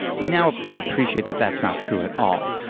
we now appreciate that that's not true at all.